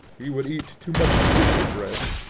he would eat too much gingerbread,